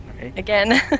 Again